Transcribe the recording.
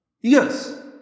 Yes